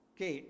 che